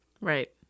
right